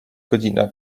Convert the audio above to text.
godzina